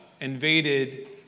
invaded